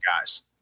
guys